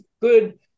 good